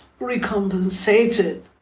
recompensated